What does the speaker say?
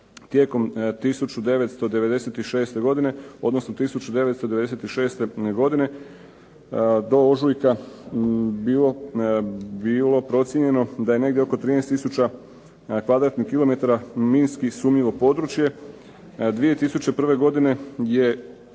tijekom 1996., odnosno 1996. godine do ožujka bilo procijenjeno da je negdje oko 13 tisuća kvadratnih kilometara minski sumnjivo područje, 2001. godine je to